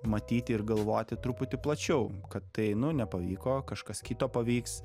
matyti ir galvoti truputį plačiau kad tai nu nepavyko kažkas kito pavyks